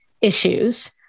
issues